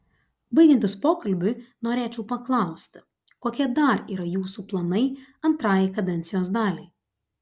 baigiantis pokalbiui norėčiau paklausti kokie dar yra jūsų planai antrajai kadencijos daliai